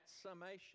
summation